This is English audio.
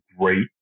great